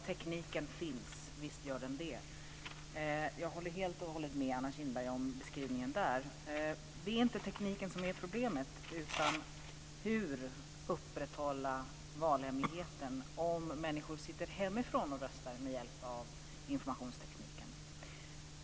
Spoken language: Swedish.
Herr talman! Visst finns tekniken. Men det är inte tekniken som är problemet, utan det är hur man ska kunna upprätthålla valhemligheten om människor sitter hemma och röstar med hjälp av informationsteknik.